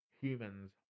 humans